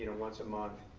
once a month,